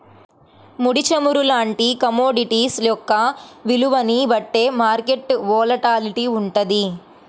ముడి చమురు లాంటి కమోడిటీస్ యొక్క విలువని బట్టే మార్కెట్ వోలటాలిటీ వుంటది